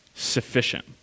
sufficient